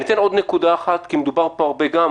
אציג עוד נקודה אחת כי מדובר פה הרבה גם,